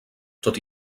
tot